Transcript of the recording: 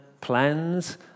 plans